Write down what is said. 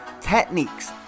techniques